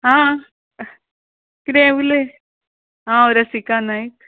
आं किदें उलय हांव रसिका नायक